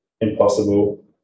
impossible